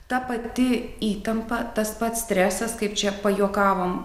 ta pati įtampa tas pats stresas kaip čia pajuokavom